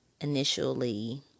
initially